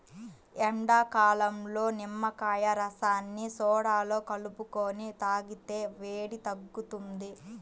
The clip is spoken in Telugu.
ఎండాకాలంలో నిమ్మకాయ రసాన్ని సోడాలో కలుపుకొని తాగితే వేడి తగ్గుతుంది